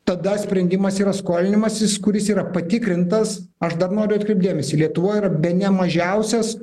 tada sprendimas yra skolinimasis kuris yra patikrintas aš tad noriu atkreipt dėmesį lietuvoje bene mažiausias